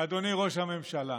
"אדוני ראש הממשלה",